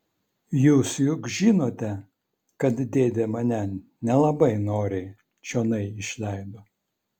jūs juk žinote kad dėdė mane nelabai noriai čionai išleido